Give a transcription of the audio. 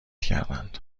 کردند